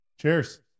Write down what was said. Cheers